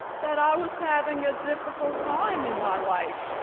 that i was having a difficult time in my life,